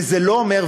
וזה לא אומר,